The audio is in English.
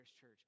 Church